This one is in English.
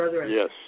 Yes